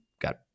got